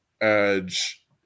Edge